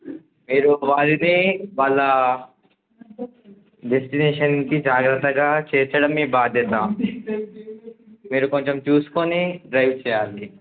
మీరు వారిని వాళ్ళ డెస్టినేేషన్కి జాగ్రత్తగా చేర్చడం మీ బాధ్యత మీరు కొంచెం చూసుకుని డ్రైవ్ చేయాలి